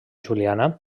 juliana